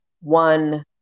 one